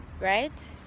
Right